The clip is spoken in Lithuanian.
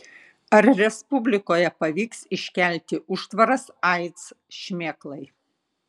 ar respublikoje pavyks iškelti užtvaras aids šmėklai